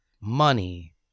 money